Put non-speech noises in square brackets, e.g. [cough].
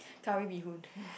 curry bee hoon [breath]